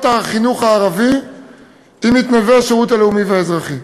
החינוך הערבי עם מתנדבי השירות האזרחי-לאומי.